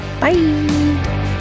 Bye